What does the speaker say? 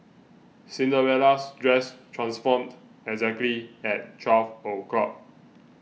Cinderella's dress transformed exactly at twelve o'clock